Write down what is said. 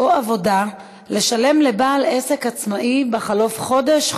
או עבודה לשלם לבעל עסק עצמאי בחלוף חודש,